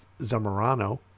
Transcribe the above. Zamorano